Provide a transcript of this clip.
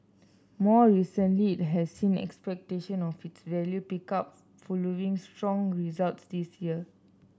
more recently it has seen expectation of its value pick up following strong results this year